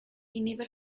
inhibe